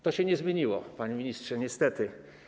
To się nie zmieniło, panie ministrze, niestety.